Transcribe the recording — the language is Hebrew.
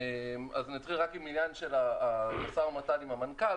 אני אתחיל עם העניין של המשא ומתן עם המנכ"ל.